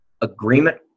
Agreement